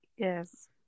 Yes